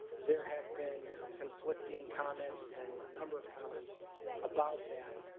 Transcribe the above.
there have been conflicting comments and a number of comments about that.